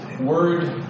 word